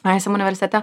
aisim universitete